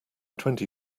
twenty